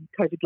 COVID